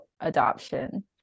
adoption